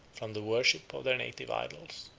from the worship of their native idols.